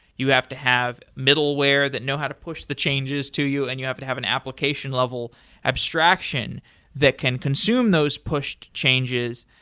you have to have middleware that know how to push the changes to you and you have to have an application level abstraction that can consume those pushed changes.